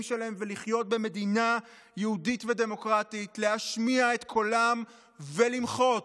שלהם ולחיות במדינה יהודית ודמוקרטית להשמיע את קולם ולמחות